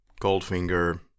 Goldfinger